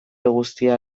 guztia